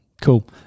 Cool